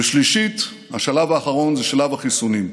ושלישית, השלב האחרון הוא שלב החיסונים.